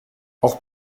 auch